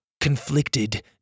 Conflicted